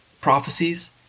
prophecies